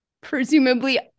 presumably